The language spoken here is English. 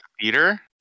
theater